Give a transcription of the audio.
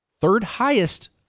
third-highest